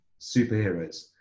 superheroes